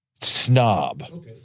snob